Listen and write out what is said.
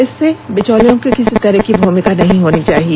इसमें बिचौलियों की किसी तरह की भूमिका नहीं होनी चाहिए